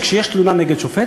שכשיש תלונה נגד שופט,